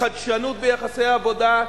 חדשנות ביחסי עבודה.